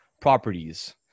Properties